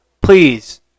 please